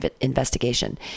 investigation